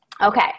Okay